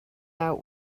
out